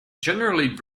generally